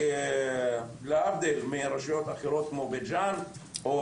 להבדיל מרשויות אחרות כמו בית ג'אן,